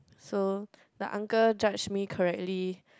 so the uncle judged me correctly